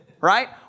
right